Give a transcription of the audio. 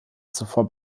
zuvor